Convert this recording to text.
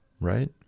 Right